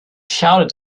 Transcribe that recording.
shouted